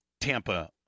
Tampa